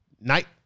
night